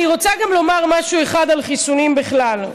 אני רוצה גם לומר משהו אחד על חיסונים בכלל.